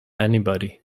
anybody